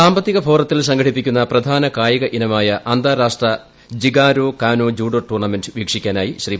സാമ്പത്തിക ഫോറത്തിൽ സംഘടിപ്പിക്കുന്ന പ്രധാന കായിക ഇനമായ അന്താരാഷ്ട്ര ജിഗാരോകാനോ ജൂഡോ ടൂർണമെന്റ് വീക്ഷിക്കാനായി ശ്രീ